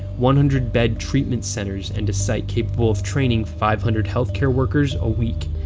one hundred bed treatment centers and a site capable of training five hundred health-care workers a week.